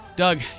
Doug